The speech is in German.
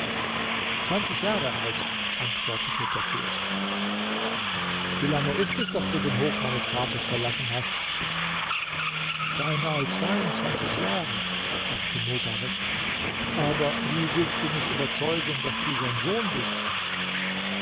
zwanzig jahre alt antwortete der fürst wie lange ist es daß du den hof meines vaters verlassen hast beinahe zweiundzwanzig jahre sagte mobarek aber wie willst du mich überzeugen daß du sein sohn bist